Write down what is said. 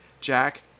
Jack